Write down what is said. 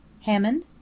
Hammond